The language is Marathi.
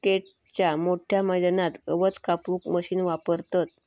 क्रिकेटच्या मोठ्या मैदानात गवत कापूक मशीन वापरतत